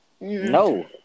No